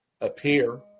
Appear